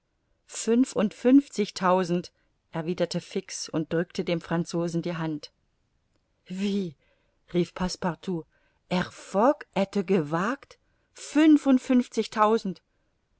zwanzigtausend pfund fünfundfünfzigtausend erwiderte fix und drückte dem franzosen die hand wie rief passepartout herr fogg hätte gewagt fünfundfünfzigtausend